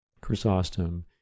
Chrysostom